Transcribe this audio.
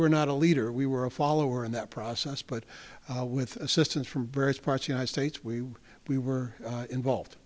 re not a leader we were a follower in that process but with assistance from various parts united states we we were involved